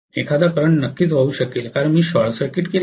एखादा करंट नक्कीच वाहू शकेल कारण मी शॉर्ट सर्किट केले आहे